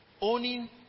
Owning